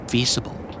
Feasible